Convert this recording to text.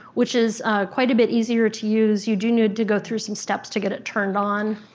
which is quite a bit easier to use. you do need to go through some steps to get it turned on.